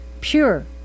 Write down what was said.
pure